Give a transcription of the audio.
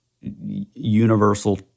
universal